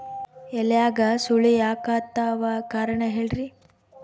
ಎಲ್ಯಾಗ ಸುಳಿ ಯಾಕಾತ್ತಾವ ಕಾರಣ ಹೇಳ್ರಿ?